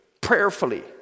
prayerfully